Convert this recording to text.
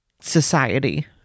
society